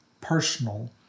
personal